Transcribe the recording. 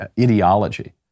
ideology